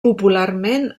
popularment